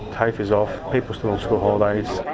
tafe is off, people still on school holidays.